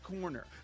corner